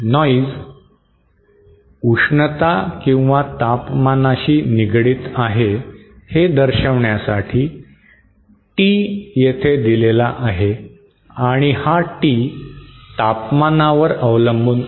noise उष्णता किंवा तापमानाशी निगडित आहे हे दर्शवण्यासाठी T येथे दिलेला आहे आणि हा T तापमानावर अवलंबून आहे